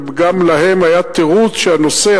וגם להם היה תירוץ שהנושא,